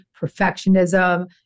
perfectionism